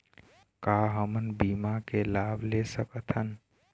का हमन बीमा के लाभ ले सकथन?